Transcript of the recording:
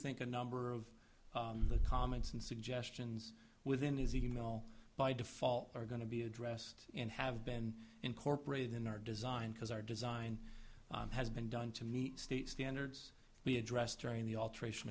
think a number of the comments and suggestions within his e mail by default are going to be addressed and have been incorporated in our design because our design has been done to meet state standards be addressed during the alteration